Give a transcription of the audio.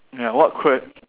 ya what que~